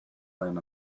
land